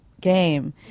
game